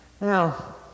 Now